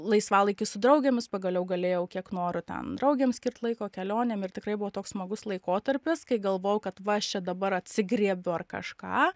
laisvalaikis su draugėmis pagaliau galėjau kiek noriu ten draugėm skirt laiko kelionėm ir tikrai buvo toks smagus laikotarpis kai galvojau kad va aš čia dabar atsigriebiu ar kažką